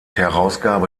herausgabe